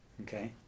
Okay